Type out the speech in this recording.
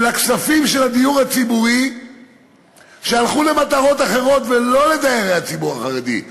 הכספים של הדיור הציבורי שהלכו למטרות אחרות ולא לדיירי הדיור הציבורי,